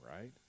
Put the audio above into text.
right